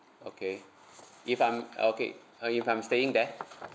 okay if I'm okay uh if I'm staying there